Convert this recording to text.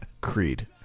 Creed